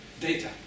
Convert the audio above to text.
Data